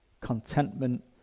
contentment